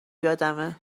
یادمه